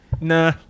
Nah